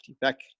back